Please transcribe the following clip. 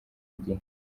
igihe